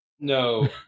No